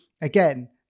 again